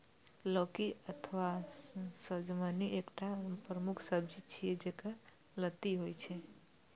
लौकी अथवा सजमनि एकटा प्रमुख सब्जी छियै, जेकर लत्ती होइ छै